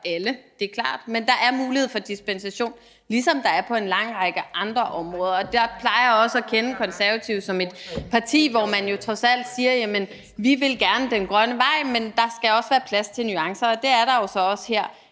alle – det er klart – men at der er mulighed for dispensation, ligesom der er på en lang række andre områder. Jeg plejer også at kende Konservative som et parti, hvor man trods alt siger: Vi vil gerne den grønne vej, men der skal også være plads til nuancer. Det er der jo så også her.